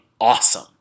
awesome